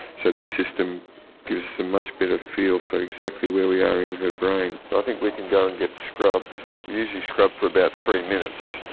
so this system gives a much better feel for exactly where we are in her brain. i think we can go and get scrubbed. we usually scrub for about three minutes.